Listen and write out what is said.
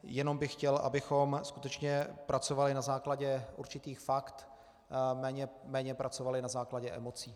Jenom bych chtěl, abychom skutečně pracovali na základě určitých fakt, méně pracovali na základě emocí.